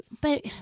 But-